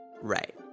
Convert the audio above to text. Right